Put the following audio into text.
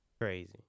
Crazy